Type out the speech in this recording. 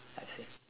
I've seen